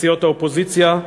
לסיעות האופוזיציה,